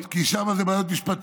כי שם יש בעיות משפטיות?